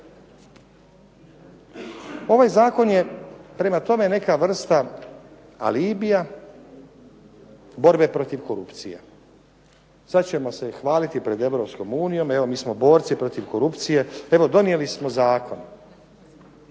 Ovaj zakon je prema tome neka vrsta alibija borbe protiv korupcije. Sad ćemo se hvaliti pred Europskom unijom, evo mi smo borci protiv korupcije, evo donijeli smo zakon.